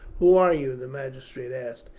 who are you? the magistrate asked,